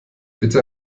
bitte